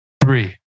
three